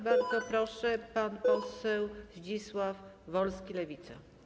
Bardzo proszę, pan poseł Zdzisław Wolski, Lewica.